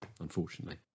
unfortunately